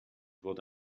wurde